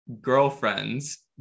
girlfriend's